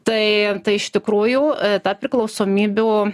tai tai iš tikrųjų ta priklausomybių